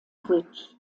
bridge